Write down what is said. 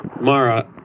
mara